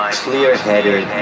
clear-headed